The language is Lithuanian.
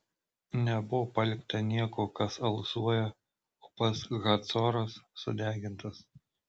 nebuvo palikta nieko kas alsuoja o pats hacoras sudegintas